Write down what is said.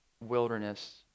wilderness